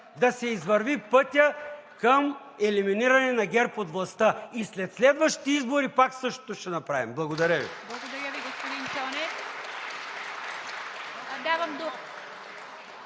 да се извърви пътят към елиминиране на ГЕРБ от властта. И след следващите избори пак същото ще направим. Благодаря Ви.